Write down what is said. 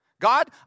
God